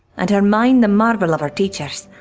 and her mind the marvel of her teachers.